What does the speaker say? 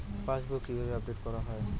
Passbook কিভাবে update করা হয়?